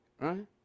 Right